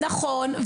נכון.